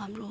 हाम्रो